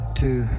two